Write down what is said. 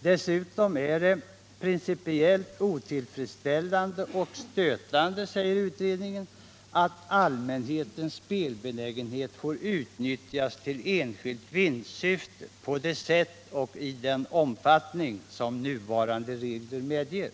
Dessutom är det principiellt otillfredsställande och stötande, säger utredningen, att allmänhetens spelbenägenhet får utnyttjas i enskilt vinstsyfte på det sätt och i den omfattning som nuvarande regler medger.